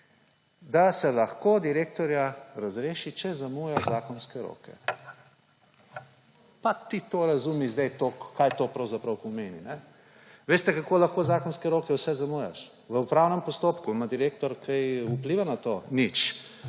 da se lahko direktorja razreši, če zamuja zakonske roke. Pa ti to razumi zdaj, kaj to pravzaprav pomeni. Veste, kako lahko zakonske roke vse zamujaš? V upravnem postopku. Ima direktor kaj vpliva na to? Nič.